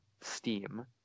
steam